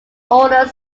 older